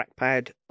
Trackpad